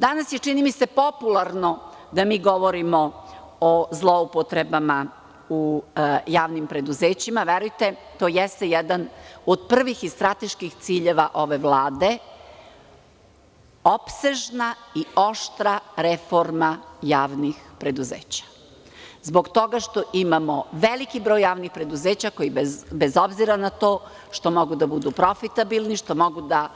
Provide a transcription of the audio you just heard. Danas je čini mi se popularno da mi govorimo o zloupotrebama u javnim preduzećima, verujte, to jeste jedan od prvih i strateških ciljeva ove vlade, opsežna i oštra reforma javnih preduzeća, zbog toga što imamo veliki broj javnih preduzeća, koji bez obzira na to što mogu da budu profitabilni, što mogu da